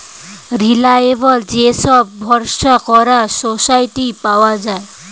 reliable যে সব ভরসা করা সোর্স পাওয়া যায়